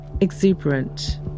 exuberant